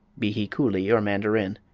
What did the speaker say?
be he coolie or mandarin.